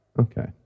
Okay